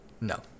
No